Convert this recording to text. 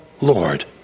Lord